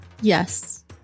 Yes